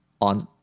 on